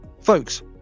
Folks